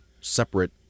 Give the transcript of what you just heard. separate